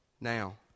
Now